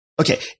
Okay